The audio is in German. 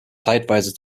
zeitweise